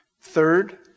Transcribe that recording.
Third